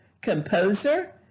composer